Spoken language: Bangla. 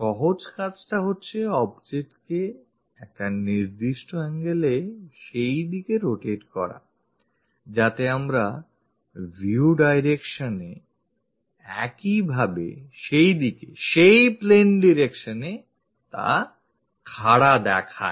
সহজ কাজটা হচ্ছে objectকে এক নির্দিষ্ট angle এ সেইদিকে rotate করা যাতে তোমার view direction এ একইভাবে সেই দিকে সেই plane direction এ তা খাড়া দেখায়